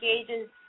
engages